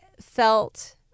felt